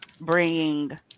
bringing